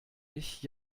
ich